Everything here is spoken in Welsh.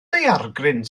daeargryn